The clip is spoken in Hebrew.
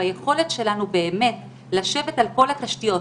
ביכולת שלנו לשבת על כל התשתיות,